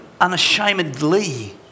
unashamedly